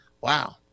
wow